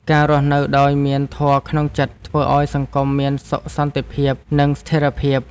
ការរស់នៅដោយមានធម៌ក្នុងចិត្ត ធ្វើឱ្យសង្គមមានសុខសន្តិភាព និងស្ថិរភាព។